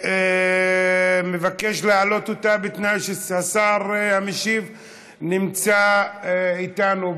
הוא מבקש להעלות אותה בתנאי שהשר המשיב נמצא איתנו במליאה.